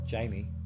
Jamie